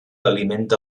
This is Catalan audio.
alimenta